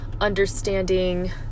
understanding